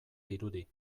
dirudi